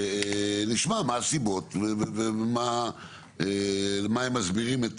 נשמע מהן הסיבות ואיך הם מסבירים את